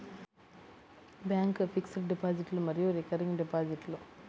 bank fixed డిపాజిట్లు మరియు recurring డిపాజిట్లు